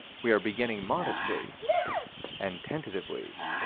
we are beginning modestly and tentatively.